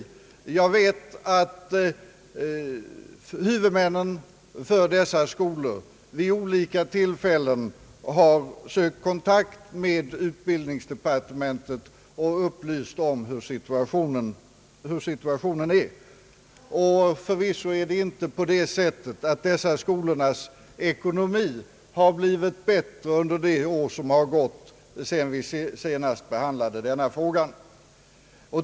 Jag vet att huvudmännen för de aktuella skolorna vid olika tillfällen har tagit kontakt med utbildningsdepartementet och upplyst om hur situationen är. Förvisso är det inte så att dessa skolors ekonomi har blivit bättre under det år som gått sedan vi senast behandlade denna fråga.